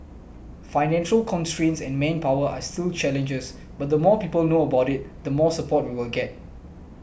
financial constraints and manpower are still challenges but the more people know about it the more support we will get